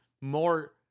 more